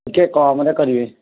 ଟିକିଏ କମ୍ରେ କରିବେ